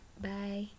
bye